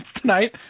tonight